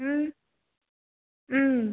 ம் ம்